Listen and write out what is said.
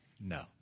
No